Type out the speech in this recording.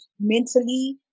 Mentally